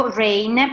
rain